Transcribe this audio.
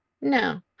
no